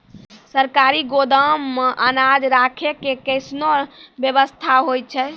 सरकारी गोदाम मे अनाज राखै के कैसनौ वयवस्था होय छै?